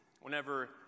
whenever